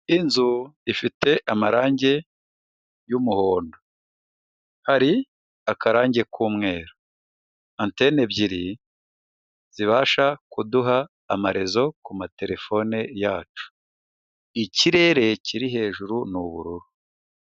Inzu ifite amarangi y'umuhondo. Hari akarange k'umweru. Antene ebyiri zibasha kuduha amarezo ku matelefone yacu. Ikirere kiri hejuru ni ubururu.